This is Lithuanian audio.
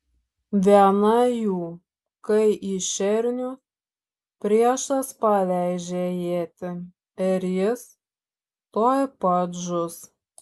viena jų kai į šernių priešas paleidžia ietį ir jis tuoj pat žus